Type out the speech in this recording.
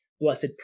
blessed